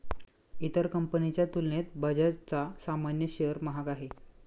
इतर कंपनीच्या तुलनेत बजाजचा सामान्य शेअर महाग आहे